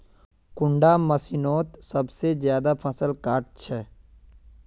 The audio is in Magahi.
कुंडा मशीनोत सबसे ज्यादा फसल काट छै?